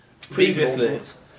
Previously